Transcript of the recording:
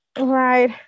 Right